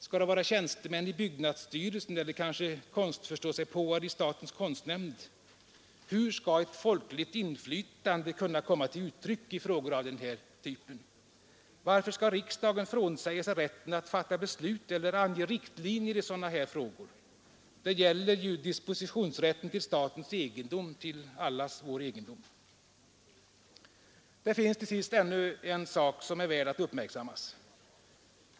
Skall det vara tjänstemän i byggnadsstyrelsen eller kanske ”konstförståsigpåare” i statens konstnämnd? Hur skall ett folkligt inflytande komma till uttryck i frågor av den här typen? Varför skall riksdagen frånsäga sig rätten att fatta beslut eller ange riktlinjer i sådana frågor? Det gäller ju dispositionsrätten till statens egendom, till allas vår egendom. Det finns till sist ännu en sak som är värd att uppmärksammas.